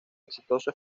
exitoso